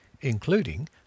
including